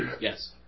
Yes